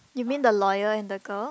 you mean the lawyer and the girl